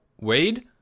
Wade